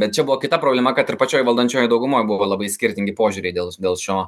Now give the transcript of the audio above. bet čia buvo kita problema kad ir pačioj valdančiojoj daugumoj buvo labai skirtingi požiūriai dėl dėl šio